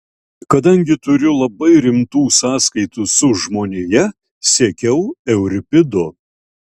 kadangi turiu labai rimtų sąskaitų su žmonija sekiau euripidu